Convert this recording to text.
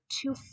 two